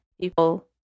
people